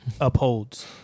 upholds